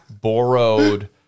borrowed